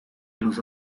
los